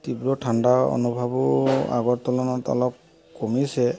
তীব্ৰ ঠাণ্ডা অনুভৱো আগৰ তুলনাত অলপ কমিছে